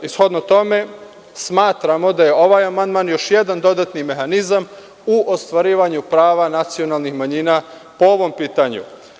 Shodno tome, smatramo da je ovaj amandman još jedan dodatni mehanizam u ostvarivanju prava nacionalnih manjina po ovom pitanju.